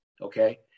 okay